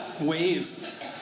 wave